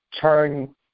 Turn